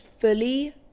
fully